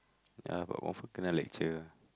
ya but confirm kena lecture